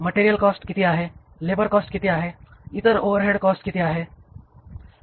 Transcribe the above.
material cost किती आहे labour cost किती आहे इतर ओव्हरहेड कॉस्ट किती आहे